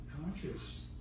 conscious